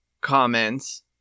comments